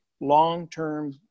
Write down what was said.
long-term